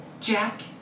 Jack